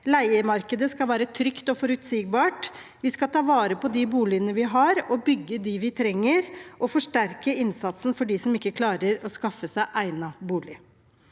Leiemarkedet skal være trygt og forutsigbart. Vi skal ta vare på de boligene vi har, bygge dem vi trenger, og forsterke innsatsen for dem som ikke klarer å skaffe seg egnet bolig.